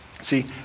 See